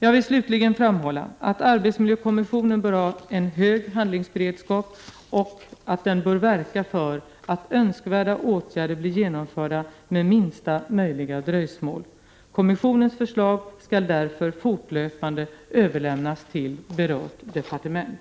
Jag vill slutligen framhålla att arbetsmiljökommissionen bör ha en hög handlingsberedskap och att den bör verka för att önskvärda åtgärder blir genomförda med minsta möjliga dröjsmål. Kommissionens förslag skall därför fortlöpande överlämnas till berört departement.